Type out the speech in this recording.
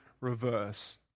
reverse